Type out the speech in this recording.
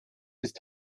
ist